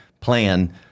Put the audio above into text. plan